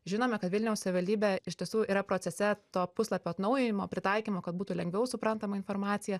žinome kad vilniaus savivaldybė iš tiesų yra procese to puslapio atnaujinimo pritaikymo kad būtų lengviau suprantama informacija